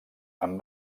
amb